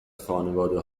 خانواده